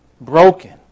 broken